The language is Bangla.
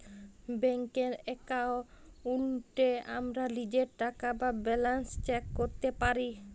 ব্যাংকের এক্কাউন্টে আমরা লীজের টাকা বা ব্যালান্স চ্যাক ক্যরতে পারি